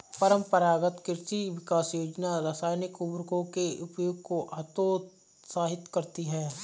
परम्परागत कृषि विकास योजना रासायनिक उर्वरकों के उपयोग को हतोत्साहित करती है